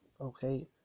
Okay